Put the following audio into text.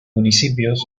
municipios